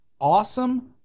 awesome